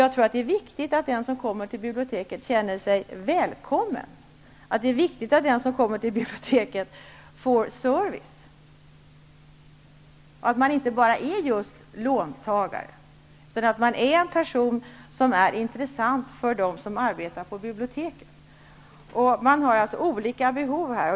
Jag tror att det är viktigt att den som kommer till biblioteket känner sig välkommen, att den som kommer dit får service. Det skall inte vara så, att man bara är just en låntagare. I stället är man en person som är intressant för dem som arbetar på biblioteket. Det är alltså fråga om olika behov här.